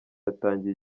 yatangiye